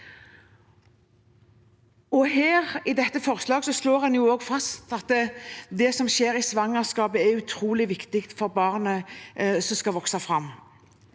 I dette forslaget slår en fast at det som skjer i svangerskapet, er utrolig viktig for barnet som skal vokse fram.